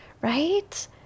Right